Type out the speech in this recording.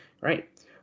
Right